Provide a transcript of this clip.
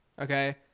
okay